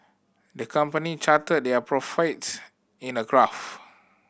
the company charted their profits in a graph